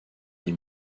les